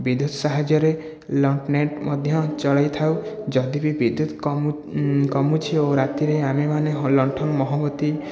ବିଦ୍ୟୁତ ସାହାଯ୍ୟରେ ମଧ୍ୟ ଜଳେଇ ଥାଉ ଯଦି ବି ବିଦ୍ୟୁତ କମୁ କମୁଛି ଓ ରାତିରେ ଆମେମାନେ ଲଣ୍ଠନ ମହମବତୀ